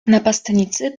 napastnicy